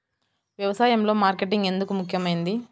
వ్యసాయంలో మార్కెటింగ్ ఎందుకు ముఖ్యమైనది?